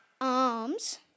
arms